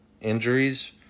injuries